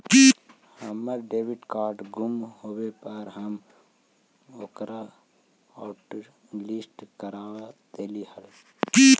हमर debit card गुम होवे पर हम ओकरा हॉटलिस्ट करवा देली हल